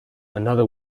another